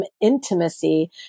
intimacy